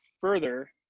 further